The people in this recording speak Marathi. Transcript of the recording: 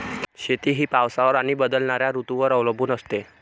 शेती ही पावसावर आणि बदलणाऱ्या ऋतूंवर अवलंबून असते